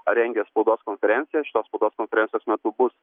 rengia spaudos konferenciją šitos spaudos konferencijos metu bus